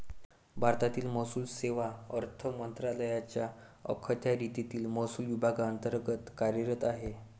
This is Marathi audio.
भारतीय महसूल सेवा अर्थ मंत्रालयाच्या अखत्यारीतील महसूल विभागांतर्गत कार्यरत आहे